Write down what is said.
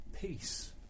peace